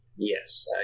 Yes